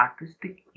artistic